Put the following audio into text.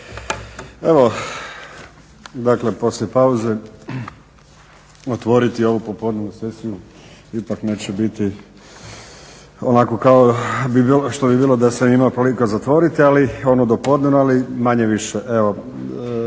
Evo dakle poslije pauze otvoriti ovu popodnevnu sesiju ipak neće biti onako kao što bi bilo da sam imao priliku zatvoriti onu dopodnevnu, ali manje-više.